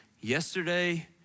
yesterday